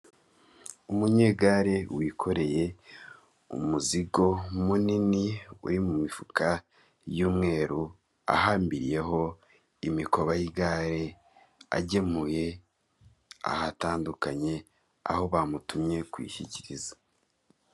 Umunyegare wikoreye umuzigo munini uri mu mifuka y'umweru ahambiriyeho imikoba y'igare agemuriye ahatandukanye aho bamutumye kuyishyikiriza.